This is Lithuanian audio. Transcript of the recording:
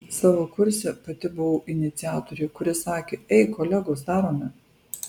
savo kurse pati buvau iniciatorė kuri sakė ei kolegos darome